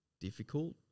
difficult